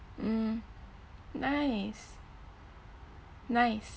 mm nice nice